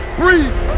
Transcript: breathe